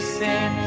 sin